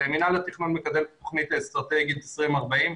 מינהל התכנון מקדם תכנית אסטרטגית 2040,